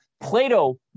plato